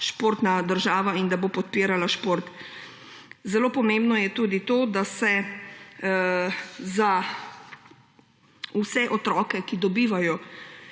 športna država in da bo podpirala šport. Zelo pomembno je tudi to, da se za vse otroke, ki dobivajo